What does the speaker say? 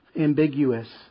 ambiguous